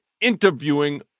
interviewing